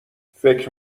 فکر